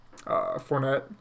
Fournette